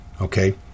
Okay